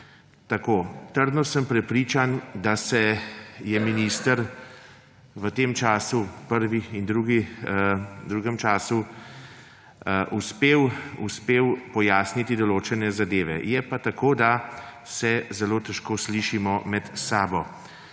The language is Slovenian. Tako. Trdno sem prepričan, da je minister v tem času, v prvem in drugem času uspel pojasniti določene zadeve. Je pa tako, da se zelo težko slišimo med sabo.